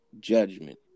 judgment